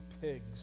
pigs